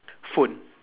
phone